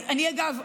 אגב,